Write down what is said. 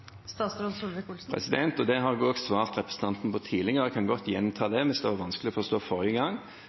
Det har jeg også svart representanten på tidligere. Jeg kan godt gjenta det hvis det var vanskelig å forstå forrige gang: